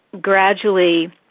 gradually